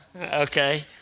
Okay